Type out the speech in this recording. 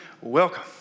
welcome